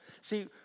See